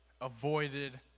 avoided